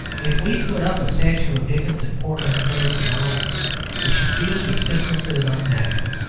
if we put up a statue of dickens in portland place to-morrow we should feel the stiffness as unnatural.